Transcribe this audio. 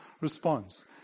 response